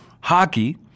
Hockey